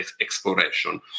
exploration